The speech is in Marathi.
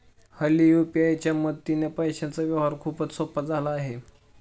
हल्ली यू.पी.आय च्या मदतीने पैशांचा व्यवहार खूपच सोपा झाला आहे